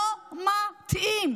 לא מתאים.